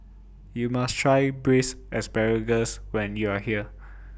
YOU must Try Braised Asparagus when YOU Are here